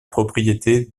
propriété